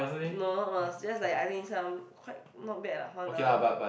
no not Mers just like I think some quite not bad lah Honda or something